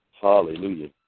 hallelujah